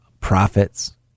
profits